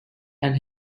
and